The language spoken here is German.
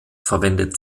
verwendet